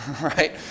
Right